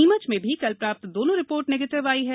नीमच में भी कल प्राप्त दोनों रिपोर्ट निगेटिव आई है